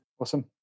awesome